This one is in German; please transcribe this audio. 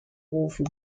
rufen